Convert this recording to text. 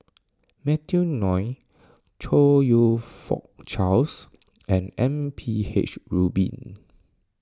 Matthew Ngui Chong You Fook Charles and M P H Rubin